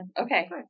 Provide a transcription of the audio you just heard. Okay